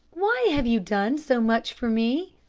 why have you done so much for me?